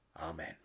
Amen